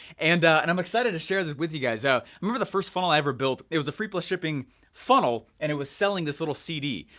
and and i'm excited to share this with you guys out. remember the first funnel i ever built, it was a free plus shipping funnel, and it was selling this little cd,